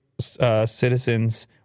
Citizens